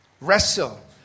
Wrestle